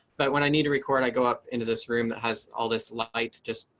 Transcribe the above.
but when i need a record, i go up into this room that has all this light just,